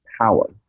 power